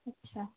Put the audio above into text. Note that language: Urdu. اچھا